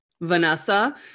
Vanessa